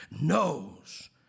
knows